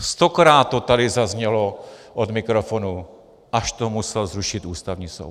Stokrát to tady zaznělo od mikrofonu, až to musel zrušit Ústavní soud.